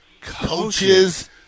coaches